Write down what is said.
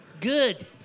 Good